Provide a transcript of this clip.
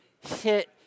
hit